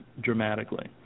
dramatically